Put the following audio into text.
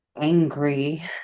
angry